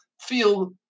feel